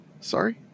sorry